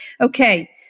okay